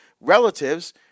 relatives